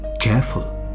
Careful